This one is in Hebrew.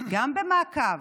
גם במעקב,